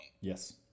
Yes